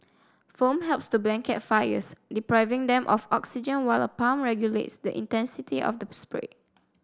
foam helps to blanket fires depriving them of oxygen while a pump regulates the intensity of the spray